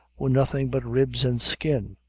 were nothing but ribs and skin.